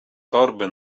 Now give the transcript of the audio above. torby